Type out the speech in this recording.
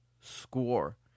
score